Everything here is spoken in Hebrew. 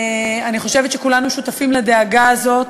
אני חושבת שכולנו שותפים לדאגה הזאת.